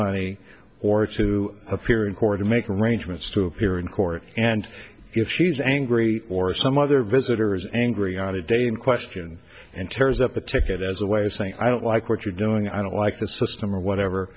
money or to appear in court to make arrangements to appear in court and if she's angry or some other visitors angry on a day in question and tears up the ticket as a way of saying i don't like what you're doing i don't like the system or whatever